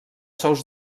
sous